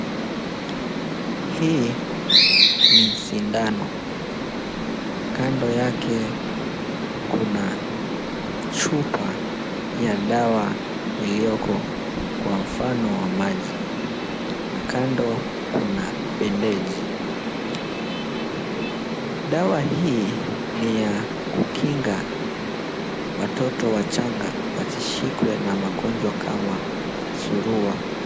Hii ni sindano. Kando yake kuna chupa ya dawa ilioko kwa mfano wa maji na kando kuna bendeji. Dawa hii ni ya kukinga watoto wachanga wasishikwe na magonjwa kama surua.